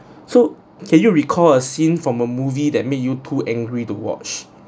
so can you recall a scene from a movie that made you too angry to watch